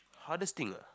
hardest thing ah